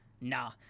Nah